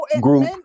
group